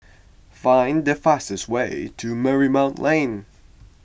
find the fastest way to Marymount Lane